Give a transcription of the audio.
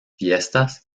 fiestas